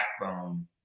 backbone